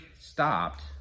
stopped